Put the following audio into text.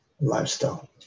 lifestyle